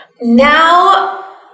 Now